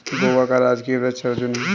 गोवा का राजकीय वृक्ष अर्जुन है